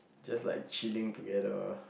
just like chilling together